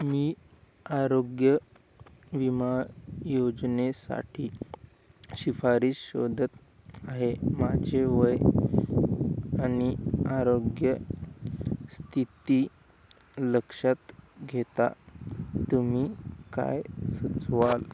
मी आरोग्य विमा योजनेसाठी शिफारसी शोधत आहे माझे वय आणि आरोग्य स्थिती लक्षात घेता तुम्ही काय सुचवाल